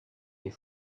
les